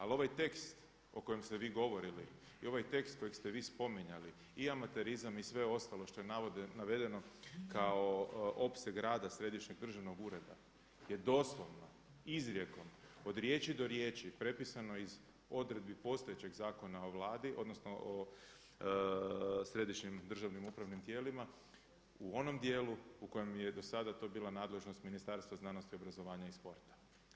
Ali ovaj tekst o kojem ste vi govorili i ovaj tekst kojeg ste vi spominjali i amaterizam i sve ostalo što je navedeno kao opseg rada Središnjeg državnog ureda je doslovno izrijekom od riječi do riječi prepisano iz odredbi postojećeg Zakona o Vladi odnosno o središnjim državnim upravnim tijelima u onom dijelu u kojem je do sada to bila nadležnost Ministarstva znanosti, obrazovanja i sporta.